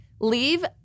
leave